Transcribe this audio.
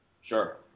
Sure